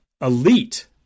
Elite